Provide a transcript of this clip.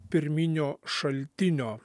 pirminio šaltinio